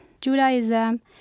Judaism